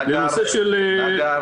נגר, נגר.